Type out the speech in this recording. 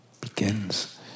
begins